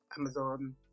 Amazon